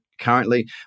currently